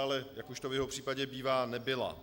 Ale jak už to v jeho případě bývá, nebyla.